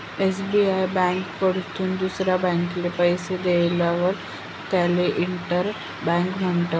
SBI ब्यांककडथून दुसरा ब्यांकले पैसा देयेलवर त्याले इंटर बँकिंग म्हणतस